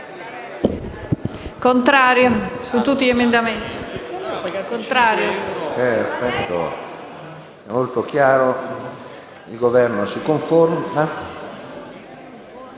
contrario su tutti gli emendamenti